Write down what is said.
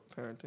parenting